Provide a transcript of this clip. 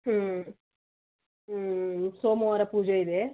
ಹ್ಞೂ ಹ್ಞೂ ಸೋಮವಾರ ಪೂಜೆಯಿದೆ